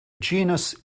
genus